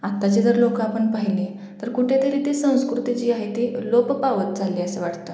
अत्ताचे जर लोक आपण पाहिले तर कुठे तरी ते संस्कृती जी आहे ती लोप पावत चालली असं वाटतं